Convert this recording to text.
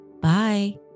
Bye